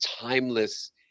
timeless